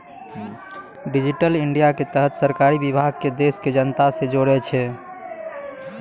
digital India के तहत सरकारी विभाग के देश के जनता से जोड़ै छै